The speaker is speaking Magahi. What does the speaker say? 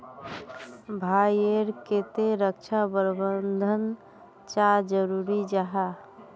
भाई ईर केते रक्षा प्रबंधन चाँ जरूरी जाहा?